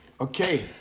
Okay